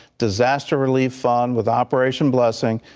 disaster relief ah on with operation blessing.